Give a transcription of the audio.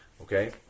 Okay